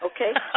Okay